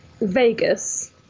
Vegas